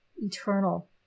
eternal